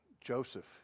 Joseph